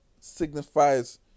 signifies